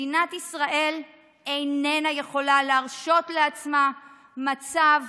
מדינת ישראל איננה יכולה להרשות לעצמה מצב